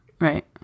Right